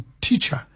teacher